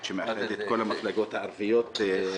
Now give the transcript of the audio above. שמאחד את כל המפלגות הערביות קום תקום.